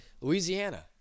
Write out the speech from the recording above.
Louisiana